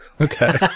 Okay